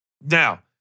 Now